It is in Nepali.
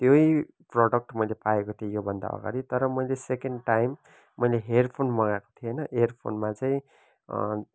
त्यही प्रडक्ट मैले पाएको थिएँ यो भन्दा अगाडि तर मैले सेकेन्ड टाइम मैले हेडफोन मगाएको थिएँ होइन हेडफोनमा फोनमा चाहिँ